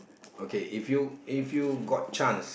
okay if you if you got chance